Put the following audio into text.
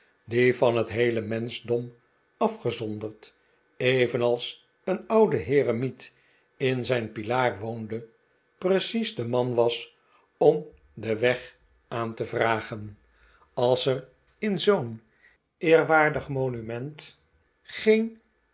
die van het heele menschdom afgezonderd evenals een oude heremiet in zijn pilaar woonde precies de man was om den weg aan te vragen als er in zoo'n eerwaardig monument geen